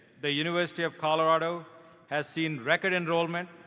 the university of colorado has seen record enrollment,